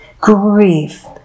grief